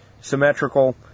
symmetrical